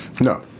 no